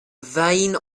vane